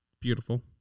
Beautiful